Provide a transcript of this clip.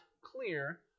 clear